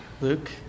Luke